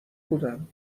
بودم